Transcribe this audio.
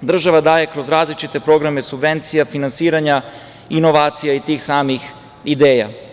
država daje kroz različite programe subvencija, finansiranja inovacija i tih samih ideja.